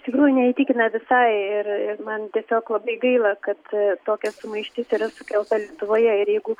iš tikrųjų neįtikina visai ir ir man tiesiog labai gaila kad tokia sumaištis sukelta lietuvoje ir jeigu